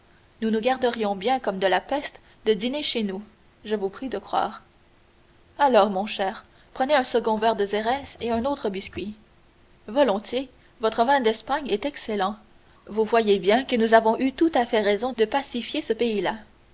nous nous garderions comme de la peste de dîner chez nous je vous prie de croire alors mon cher prenez un second verre de xérès et un autre biscuit volontiers votre vin d'espagne est excellent vous voyez bien que nous avons eu tout à fait raison de pacifier ce pays-là